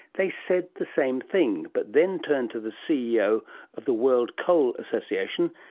they said the same thing, but then turned to the ceo of the world coal association,